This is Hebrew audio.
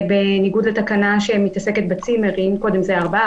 בניגוד לתקנה שמתעסקת בצימרים קודם היה 4,